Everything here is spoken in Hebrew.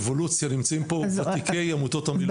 אבולוציה, נמצאים פה ותיקי עמותות המילואים.